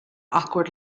awkward